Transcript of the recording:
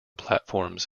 platforms